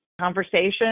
conversation